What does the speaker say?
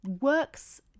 works